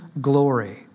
glory